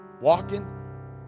walking